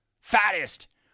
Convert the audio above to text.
fattest